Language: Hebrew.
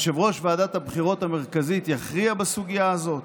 יושב-ראש ועדת הבחירות המרכזית יכריע בסוגיה הזאת?